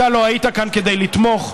אתה לא היית כאן כדי לתמוך,